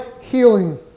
healing